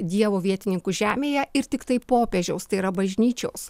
dievo vietininku žemėje ir tiktai popiežiaus tai yra bažnyčios